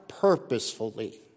purposefully